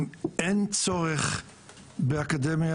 אין צורך באקדמיה